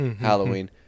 halloween